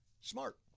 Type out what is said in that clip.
Smart